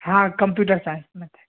हा computer science मध्ये